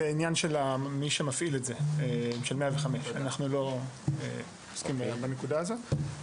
זה עניין של 105, אנחנו לא עוסקים בנקודה הזו.